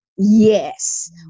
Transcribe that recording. Yes